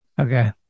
Okay